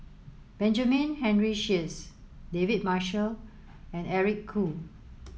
Benjamin Henry Sheares David Marshall and Eric Khoo